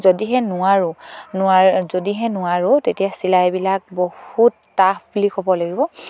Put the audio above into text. যদিহে নোৱাৰোঁ নোৱাৰ যদিহে নোৱাৰোঁ তেতিয়া চিলাইবিলাক বহুত টাফ বুলি ক'ব লাগিব